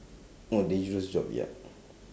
oh dangerous job ya